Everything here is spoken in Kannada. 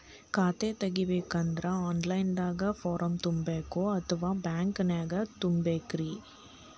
ಖಾತಾ ತೆಗಿಬೇಕಂದ್ರ ಆನ್ ಲೈನ್ ದಾಗ ಫಾರಂ ತುಂಬೇಕೊ ಅಥವಾ ಬ್ಯಾಂಕನ್ಯಾಗ ತುಂಬ ಬೇಕ್ರಿ?